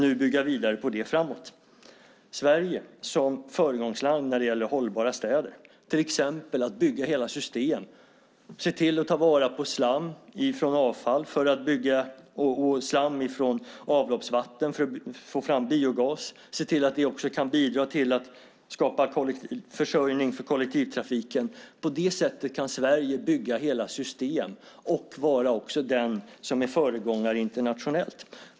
Sverige ska vara föregångsland när det gäller hållbara städer, till exempel genom att bygga hela system och se till att ta vara på slam från avfall och avloppsvatten för att få fram biogas. Vi ska se till att det också kan bidra till att skapa försörjning för kollektivtrafiken. På det sättet kan Sverige bygga hela system och vara den som är föregångare internationellt.